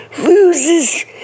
loses